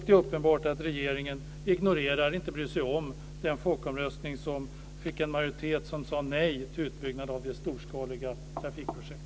Det är uppenbart att regeringen ignorerar, inte bryr sig om, den folkomröstning som fick en majoritet och som sade nej till utbyggnaden av storskaliga trafikprojekt.